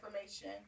information